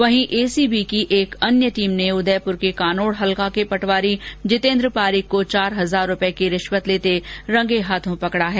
वहीं एसीबी की एक अन्य टीम ने उदयपुर के कानोड़ हल्का के पटवारी जितेन्द्र पारीक को चार हजार रुपये की रिश्वत लेते रंगे हाथों पकड़ा है